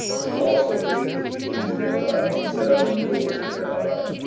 who also laid the beams thereof, and set up the doors thereof,